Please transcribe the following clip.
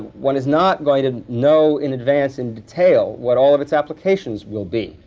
one is not going to know in advance and detail what all of its applications will be.